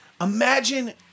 imagine